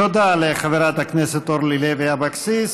תודה לחברת הכנסת אורלי לוי אבקסיס.